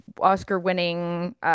Oscar-winning